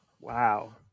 wow